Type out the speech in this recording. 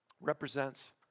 represents